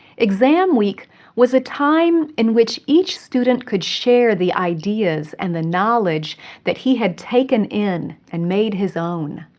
exam week was a time in which each student could share the ideas and the knowledge that he had taken in and made his own.